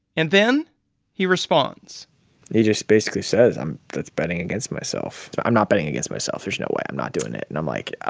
and then he responds he just basically says, i'm betting against myself. i'm not betting against myself. there's no way. i'm not doing it. and i'm like